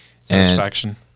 satisfaction